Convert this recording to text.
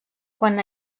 quan